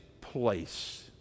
place